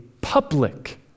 public